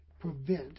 prevent